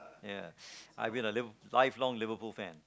ya I've been a Liv~ lifelong Liverpool fan